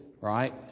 right